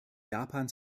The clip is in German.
japan